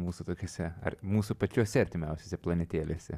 mūsų tokiose ar mūsų pačiose artimiausiose planetėlėse